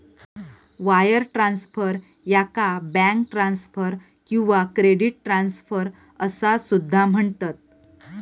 wire transfer, याका bank transfer किंवा credit transfer असा सुद्धा म्हणतत